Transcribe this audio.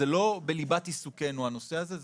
זה לא בליבת עיסוקנו הנושא הזה.